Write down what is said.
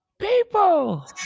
People